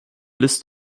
list